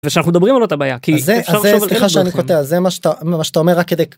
ושאנחנו מדברים על אותה בעיה כי זה מה שאתה אומר כדי.